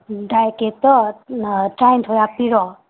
ꯎꯝ dry ꯀꯦꯛꯇꯣ ꯇꯔꯥꯅꯤꯊꯣꯏ ꯍꯥꯞꯄꯤꯔꯣ